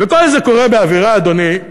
וכל זה קורה באווירה, אדוני,